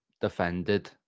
defended